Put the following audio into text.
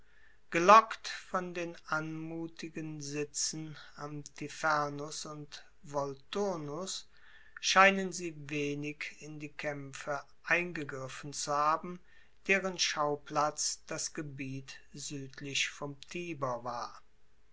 gelockt von den anmutigen sitzen am tifernus und volturnus scheinen sie wenig in die kaempfe eingegriffen zu haben deren schauplatz das gebiet suedlich vom tiber war